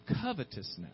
covetousness